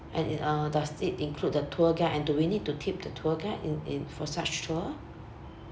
and it uh does it include the tour guide and do we need to tip the tour guide in in for such tour